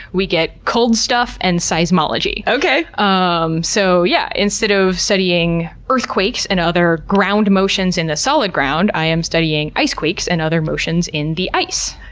we get cold stuff and seismology. um so yeah, instead of studying earthquakes and other ground motions in the solid ground, i am studying ice quakes and other motions in the ice.